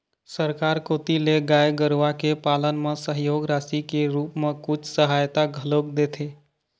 सरकार कोती ले गाय गरुवा के पालन म सहयोग राशि के रुप म कुछ सहायता घलोक देथे